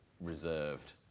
reserved